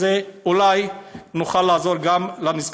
ואולי נוכל לעזור גם לנזקקים.